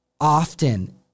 often